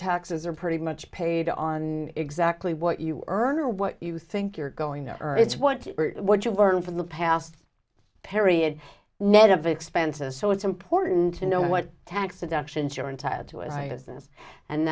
taxes are pretty much paid on exactly what you earn or what you think you're going to earn it's what what you learn from the past period net of expenses so it's important to know what tax deductions